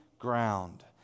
Ground